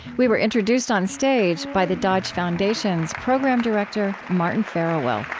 we were introduced on stage by the dodge foundation's program director, martin farawell